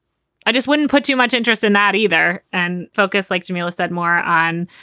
i just wouldn't put too much interest in that either. and focus, like jamila said, more on.